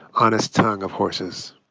honest tongue of horses